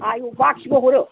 आयौ बाखिबो हरो